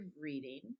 reading